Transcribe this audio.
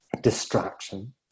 distraction